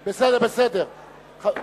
הבנתי.